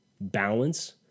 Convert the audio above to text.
balance